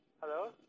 Hello